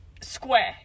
square